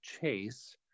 chase